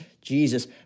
Jesus